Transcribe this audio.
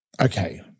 Okay